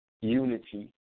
unity